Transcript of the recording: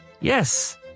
Yes